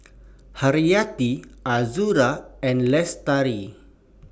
Hayati Azura and Lestari